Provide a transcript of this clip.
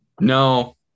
No